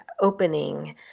opening